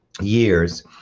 years